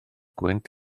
gwynt